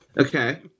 okay